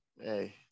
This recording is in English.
Hey